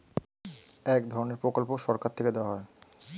এক ধরনের প্রকল্প সরকার থেকে দেওয়া হয়